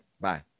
Bye